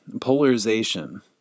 polarization